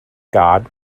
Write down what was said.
god